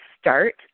start